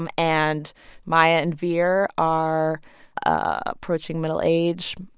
um and maya and veer are approaching middle age.